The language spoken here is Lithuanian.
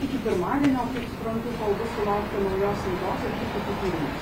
iki pirmadienio kaip suprantu kol bus sulaukta naujos siuntos ir tų pačių tyrimų